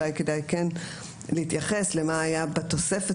אולי כדאי כן להתייחס למה שהיה בתוספת